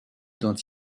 dont